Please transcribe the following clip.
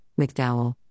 McDowell